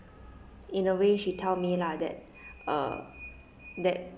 in a way she tell me lah that uh that